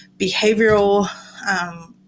behavioral